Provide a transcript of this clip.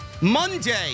monday